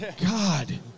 God